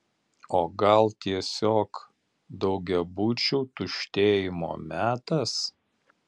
o gal tiesiog daugiabučių tuštėjimo metas